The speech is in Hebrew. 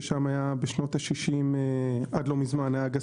ששם היה בשנות ה-60 עד לא מזמן היה גז